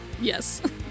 Yes